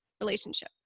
relationship